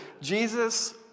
Jesus